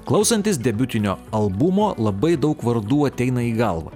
klausantis debiutinio albumo labai daug vardų ateina į galvą